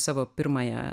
savo pirmąją